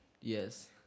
Yes